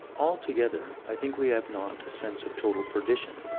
altogether i think we have not a sense of total perdition,